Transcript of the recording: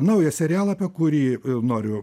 naują serialą apie kurį noriu